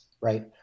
right